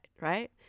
right